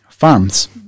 farms